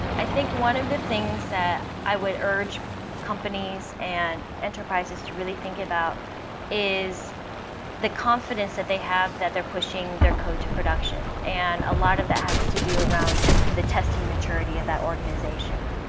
i think one of the things that i would urge companies and enterprises to really think about is the confidence that they have that they're pushing their code to production, and a lot of that has to do around the testing maturity of the organization.